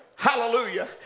Hallelujah